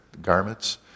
garments